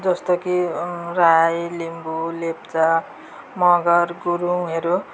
जस्तो कि राई लिम्बू लेप्चा मगर गुरुङहरू